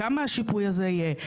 כמה השיפוי הזה יהיה,